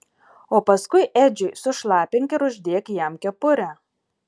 o paskui edžiui sušlapink ir uždėk jam kepurę